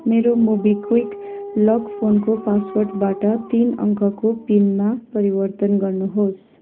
मेरो MobiKwik lock फोनको पासवर्डबाट तिन अङ्कको पिनमा परिवर्तन गर्नुहोस्